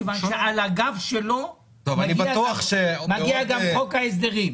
מכיוון שעל הגב שלו מגיע גם חוק ההסדרים.